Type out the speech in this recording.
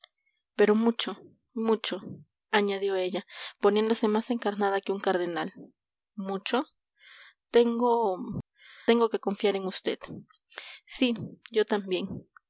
pero mucho mucho añadió ella poniéndose más encarnada que un cardenal mucho tengo tengo que confiar a vd sí yo también